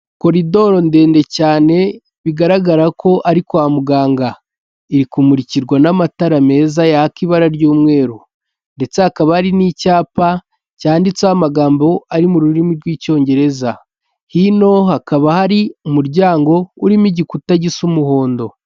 Koridoro ndende cyane, bigaragara ko ari kwa muganga. Iri kumurikirwa n'amatara meza yaka ibara ry'umweru ndetse hakaba hari n'icyapa, cyanditseho amagambo ari mu rurimi rw'icyongereza. Hino hakaba hari umuryango urimo igikuta gisa umuhondo.